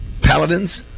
Paladins